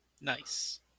nice